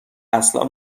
اصلا